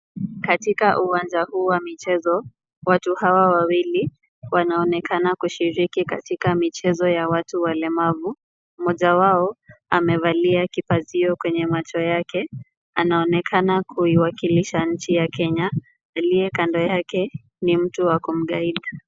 Katika uwanja huu wa michezo, watu hawa wawili wanaonekana kushiriki katika michezo ya watu walemavu. Mmoja wao amevalia kipazio kwenye macho yake, anaonekana kuiwakilisha nchi ya Kenya. Aliye kando yake ni mtu wa kumgaid .